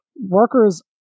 worker's